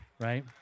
right